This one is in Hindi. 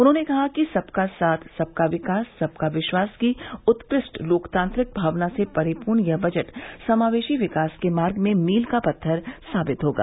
उन्होंने कहा कि सबका साथ सबका विकास सबका विश्वास की उत्कृष्ट लोकतांत्रिक भावना से परिपूर्ण यह बजट समावेशी विकास के मार्ग में मील का पत्थर साबित होगा